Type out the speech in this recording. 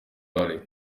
valley